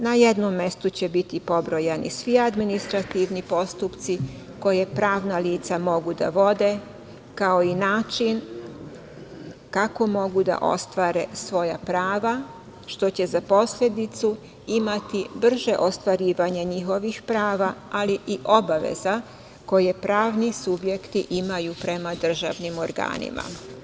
Na jednom mestu će biti pobrojani svi administrativni postupci koja pravna lica mogu da vode, kao i način kako mogu da ostvare svoja prava, što će za posledicu imati brže ostvarivanje njihovih prava, ali i obaveza koje pravni subjekti imaju prema državnih organima.